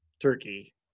Turkey